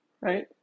Right